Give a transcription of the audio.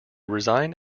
resigned